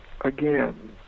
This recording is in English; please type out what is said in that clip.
Again